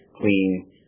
clean